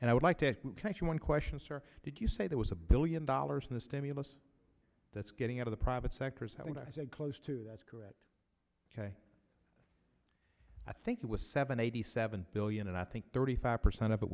and i would like to thank you one question sir did you say there was a billion dollars in the stimulus that's getting out of the private sector is what i said close to that's correct i think it was seven eighty seven billion and i think thirty five percent of it